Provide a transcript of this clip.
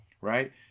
right